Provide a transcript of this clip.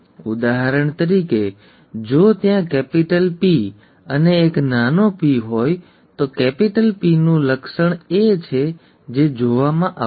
ઉદાહરણ તરીકે જો ત્યાં મૂડી P અને એક નાનો p હોય તો મૂડી P નું લક્ષણ એ છે જે જોવામાં આવશે